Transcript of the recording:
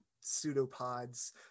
pseudopods